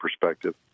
perspective